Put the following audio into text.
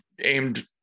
aimed